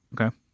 Okay